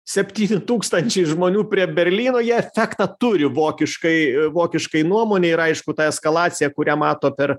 septyni tūkstančiai žmonių prie berlyno jie efektą turi vokiškai vokiškai nuomonei ir aišku ta eskalacija kurią mato per